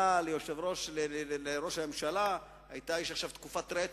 היה לראש הממשלה, יש עכשיו תקופת רטרו.